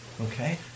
okay